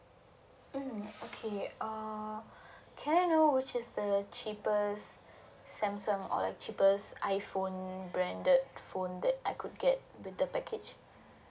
mm okay uh can I know which is the cheapest samsung or like cheapest iphone branded phone that I could get with the package